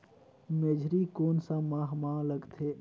मेझरी कोन सा माह मां लगथे